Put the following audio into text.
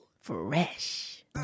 Fresh